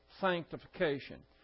sanctification